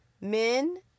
men